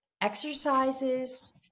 exercises